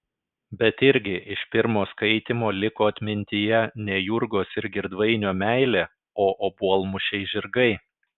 bet irgi iš pirmo skaitymo liko atmintyje ne jurgos ir girdvainio meilė o obuolmušiai žirgai